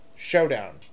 Showdown